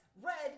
red